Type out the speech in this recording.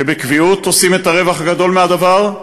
שבקביעות עושים את הרווח הגדול מהדבר,